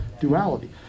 duality